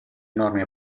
enorme